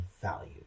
value